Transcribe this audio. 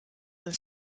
een